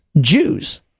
Jews